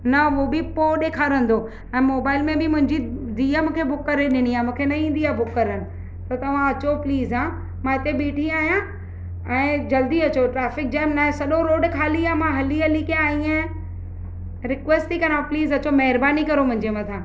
न उहो बि पोइ ॾेखारींदो ऐं मोबाइल में बि मुंहिंजी धीअ मूंखे बुक करे ॾिनी आहे मूंखे न ईंदी आहे बुक करण त तव्हां अचो प्लीज़ हा मां हिते बीठी आहियां ऐं जल्दी अचो ट्राफ़िक जाम नाहे सॼो रोड ख़ाली आहे मां हली हली करे आई आहियां रिक्वेस्ट थी करांव प्लीस अचो महिरबानी करो मुंहिंजे मथां